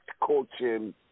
coaching